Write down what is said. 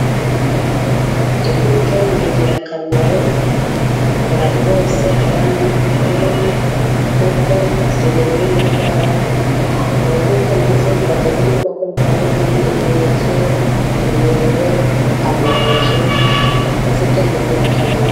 Imbuto ni ingirakamaro ku bantu bose abana n'abakuru, kuko ziri mu birinda indwara, mu mbuto nazo ziba zirimo ubwoko butandukanye imineke, imyembe, amaronji, kuzirya ni ingirakamaro.